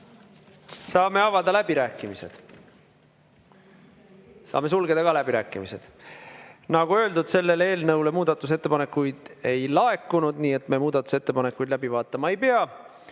Saame avada läbirääkimised, saame ka sulgeda läbirääkimised. Nagu öeldud, selle eelnõu kohta muudatusettepanekuid ei laekunud, nii et me muudatusettepanekuid läbi vaatama ei pea.